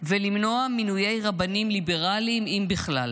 ולמנוע מינויי רבנים ליברליים, אם בכלל.